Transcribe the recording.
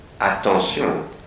attention